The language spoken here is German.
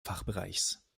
fachbereichs